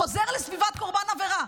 חוזר לסביבת קורבן העבירה.